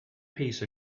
piece